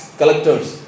collectors